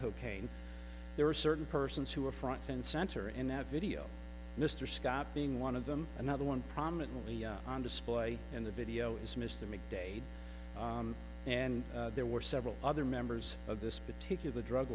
cocaine there are certain persons who are front and center in that video mr scott being one of them another one prominently on display in the video is mr mcdaid and there were several other members of this particular drug